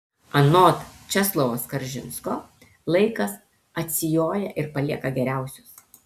anot česlovo skaržinsko laikas atsijoja ir palieka geriausius